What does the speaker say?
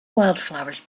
wildflowers